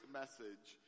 message